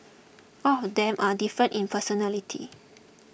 all of them are different in personality